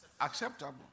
Acceptable